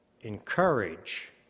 encourage